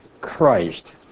Christ